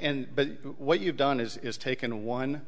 and what you've done is is taken one